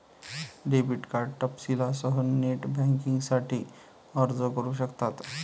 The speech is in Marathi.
डेबिट कार्ड तपशीलांसह नेट बँकिंगसाठी अर्ज करू शकतात